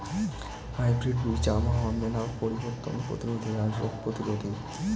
hybrid বীজ আবহাওয়ার মেলা পরিবর্তন প্রতিরোধী আর রোগ প্রতিরোধী